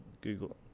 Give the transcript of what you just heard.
Google